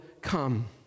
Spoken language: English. come